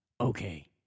Okay